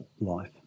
life